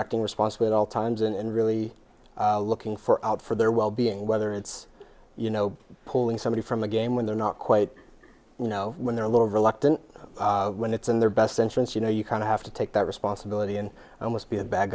acting responsibly at all times and really looking for out for their well being whether it's you know pulling somebody from the game when they're not quite you know when they're a little reluctant when it's in their best interest you know you kind of have to take that responsibility and almost be a bad